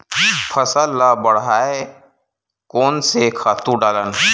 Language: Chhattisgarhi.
फसल ल बढ़ाय कोन से खातु डालन?